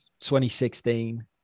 2016